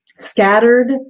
scattered